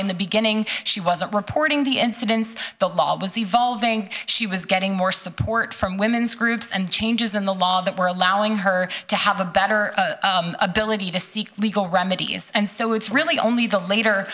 in the beginning she wasn't reporting the incidents the law was evolving she was getting more support from women's groups and changes in the law that were allowing her to have a better ability to seek legal remedy is and so it's really only the later